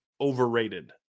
overrated